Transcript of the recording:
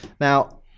now